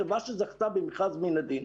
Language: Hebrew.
חברה שזכתה במכרז בלעדי.